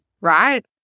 right